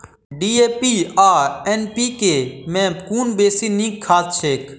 DAP आ NPK मे कुन बेसी नीक खाद छैक?